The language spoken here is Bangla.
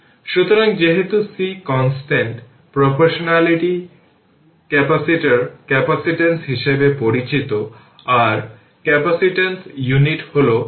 সুতরাং যেহেতু c constant proportionality capacitor capacitance হিসাবে পরিচিত আর ক্যাপাসিট্যান্সের ইউনিট হলো ফ্যারাড